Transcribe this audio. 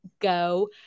go